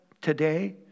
today